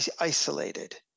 isolated